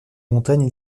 montagnes